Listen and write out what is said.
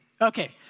Okay